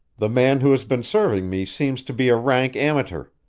the man who has been serving me seems to be a rank amateur,